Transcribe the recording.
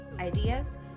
ideas